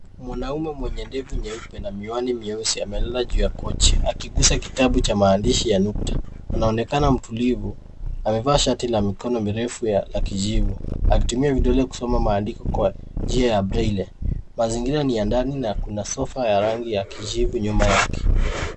Mwanaume mwenye ndevu nyeupe na miwani myeusi amelala juu ya kochi akigusa kitabu cha maandishi ya nukta. Anaonekana mtulivu. Amevaa shati la mikono mirefu ya kijivu akitumia vidole kusoma maandiko kwa njia ya braille .Mazingira ni ya ndani na kuna sofa ya rangi ya kijivu nyuma yake.